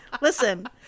listen